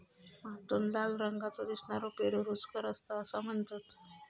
आतून लाल रंगाचो दिसनारो पेरू रुचकर असता असा म्हणतत